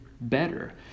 better